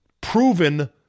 proven